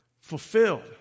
fulfilled